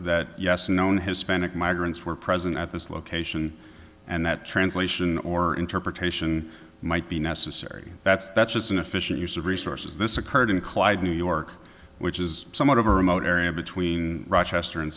that yes known hispanic migrants were present at this location and that translation or interpretation might be necessary that's that's just an efficient use of resources this occurred in clyde new york which is somewhat of a remote area between rochester